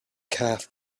calf